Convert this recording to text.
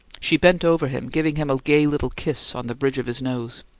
she bent over him, giving him a gay little kiss on the bridge of his nose.